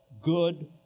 good